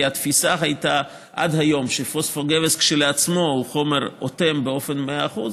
כי התפיסה עד היום הייתה שפוספוגבס כשלעצמו הוא חומר אוטם ב-100%.